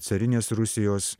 carinės rusijos